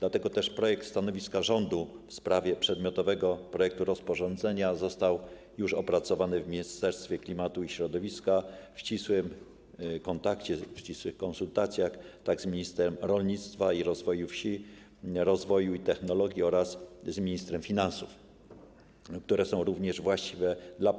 Dlatego też projekt stanowiska rządu w sprawie przedmiotowego projektu rozporządzenia został już opracowany w Ministerstwie Klimatu i Środowiska w ścisłym kontakcie i w ścisłych konsultacjach z ministrem rolnictwa i rozwoju wsi, ministrem rozwoju i technologii oraz ministrem finansów, a więc z resortami, które są właściwe dla